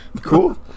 cool